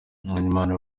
bimenyimana